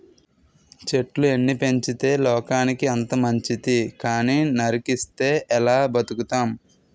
చెట్లు ఎన్ని పెంచితే లోకానికి అంత మంచితి కానీ నరికిస్తే ఎలా బతుకుతాం?